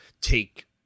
take